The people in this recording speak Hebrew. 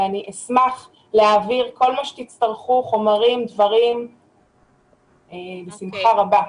אשמח להעביר כל מה חומר שתצטרכו בשמחה רבה.